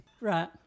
Right